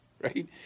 Right